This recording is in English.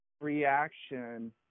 reaction